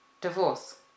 divorce